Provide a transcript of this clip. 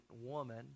woman